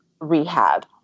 rehab